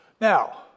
Now